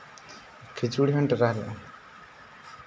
ᱠᱷᱤᱪᱩᱲᱤ ᱦᱩᱧ ᱴᱨᱟᱭ ᱞᱮᱜᱼᱟ